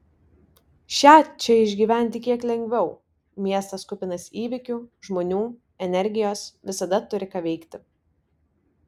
šią čia išgyventi kiek lengviau miestas kupinas įvykių žmonių energijos visada turi ką veikti